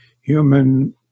human